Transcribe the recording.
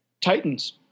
Titans